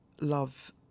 love